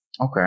Okay